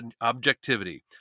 objectivity